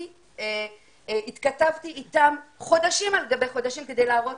אני התכתבתי אתם חודשים על גבי חודשים כדי להראות